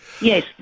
Yes